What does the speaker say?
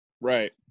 Right